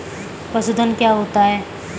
पशुधन क्या होता है?